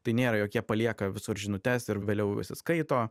tai nėra jog jie palieka visur žinutes ir vėliau visi skaito